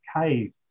cave